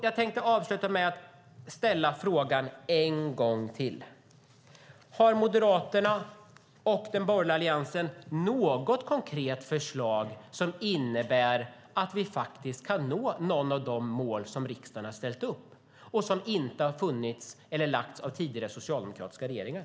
Jag tänkte avsluta med att ställa frågan en gång till: Har Moderaterna och den borgerliga Alliansen något konkret förslag som innebär att vi faktiskt kan nå något av de mål som riksdagen har ställt upp, något förslag som inte har lagts av tidigare socialdemokratiska regeringar?